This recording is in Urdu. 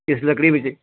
اس لکڑی میں